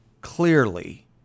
Clearly